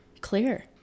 Clear